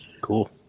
Cool